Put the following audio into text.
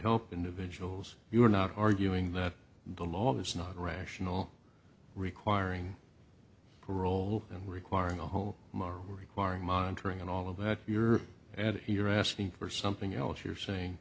help individuals we're not arguing that the law is not rational requiring parole and requiring a whole marwa requiring monitoring and all of that your and you're asking for something else you're saying